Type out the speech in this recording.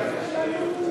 בבקשה, ידידי.